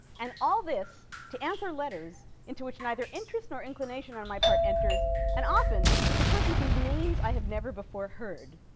and all this to answer letters into which neither interest nor inclination on my part enters and often from persons whose names i have never before heard.